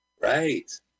Right